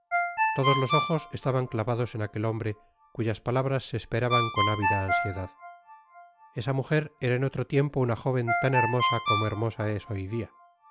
todos tes ojos estaban clavados en aquel hombre cuyas palabras se esperaban con ávida ansiedad esa mujer era en otro tiempo una jóveu tan hermosa como hermosa es hoy dia